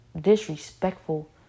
disrespectful